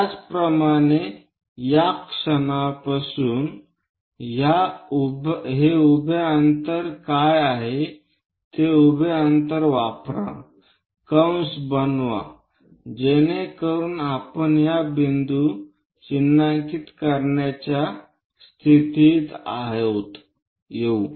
त्याचप्रमाणे या बिंदूपासून हे उभ्या अंतर काय आहेत ते उभे अंतर वापरा कंस बनवा जेणेकरुन आपण या बिंदू चिन्हांकित करण्याच्या स्थितीत येऊ